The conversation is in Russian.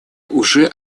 уже